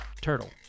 turtle